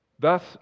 Thus